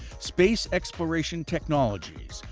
space exploration technologies,